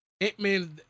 Ant-Man